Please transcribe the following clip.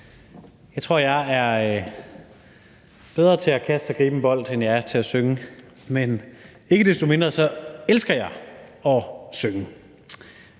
Jeg tror, at jeg er bedre til at kaste og gribe en bold, end jeg er til at synge, men ikke desto mindre elsker jeg at synge.